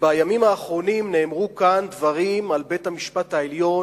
ובימים האחרונים נאמרו כאן דברים על בית-המשפט העליון,